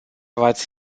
ați